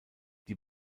die